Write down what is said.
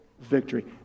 victory